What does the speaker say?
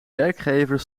werkgever